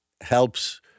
helps